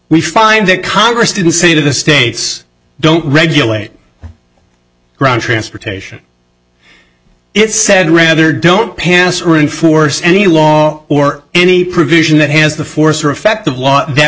we find that congress didn't say to the states don't regulate ground transportation it said rather don't pass reinforce any long or any provision that has the force or effect of law that